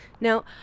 Now